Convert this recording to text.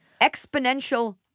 Exponential